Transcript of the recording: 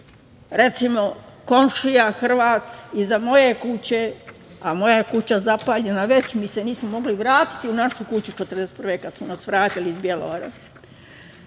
Recimo, komšija Hrvat iza moje kuće, a moja kuća je zapaljena, mi se nismo mogli vratiti u našu kuću 1941. godine kad su nas vratili iz Bjelovara,